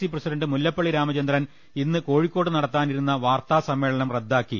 C president Mullappally Ramachandran ഇന്ന് കോഴിക്കോട്ട് നടത്താനിരുന്ന വാർത്താസമ്മേളനം റദ്ദാക്കി